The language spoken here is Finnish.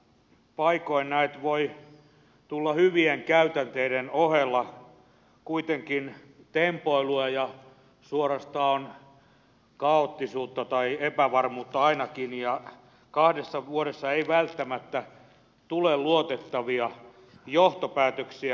paikoin näet voi tulla hyvien käytänteiden ohella kuitenkin tempoilua ja suorastaan kaoottisuutta tai epävarmuutta ainakin ja kahdessa vuodessa ei välttämättä tule luotettavia johtopäätöksiä